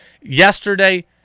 yesterday